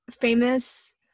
famous